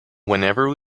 whenever